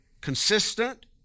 consistent